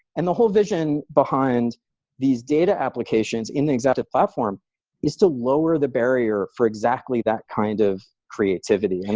and the whole vision behind these data applications in the exaptive platform is to lower the barrier for exactly that kind of creativity, and